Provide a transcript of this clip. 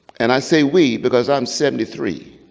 and i say we, because i'm seventy three.